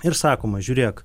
ir sakoma žiūrėk